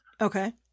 Okay